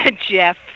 Jeff